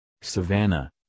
Savannah